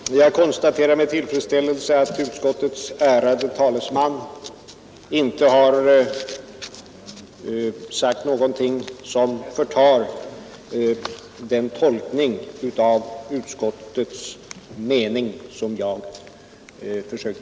Fru talman! Jag konstaterar med tillfredsställelse att utskottets ärade talesman inte har anfört någonting som motsäger den tolkning av utskottets skrivning som jag gjorde.